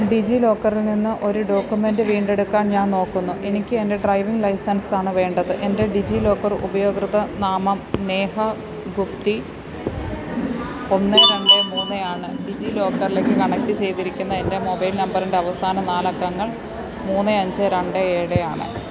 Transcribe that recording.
ഡിജി ലോക്കറിൽ നിന്ന് ഒരു ഡോക്യുമെൻറ്റ് വീണ്ടെടുക്കാൻ ഞാൻ നോക്കുന്നു എനിക്ക് എൻ്റെ ഡ്രൈവിംഗ് ലൈസൻസാണ് വേണ്ടത് എൻ്റെ ഡിജി ലോക്കർ ഉപയോക്തൃനാമം നേഹ ഗുപ്തി ഒന്ന് രണ്ട് മൂന്ന് ആണ് ഡിജി ലോക്കറിലേക്ക് കണക്റ്റ് ചെയ്തിരിക്കുന്ന എൻ്റെ മൊബൈൽ നമ്പറിൻ്റെ അവസാന നാലക്കങ്ങൾ മൂന്ന് അഞ്ച് രണ്ട് ഏഴ് ആണ്